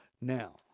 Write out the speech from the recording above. now